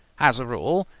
as a rule,